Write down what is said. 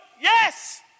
Yes